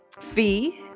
fee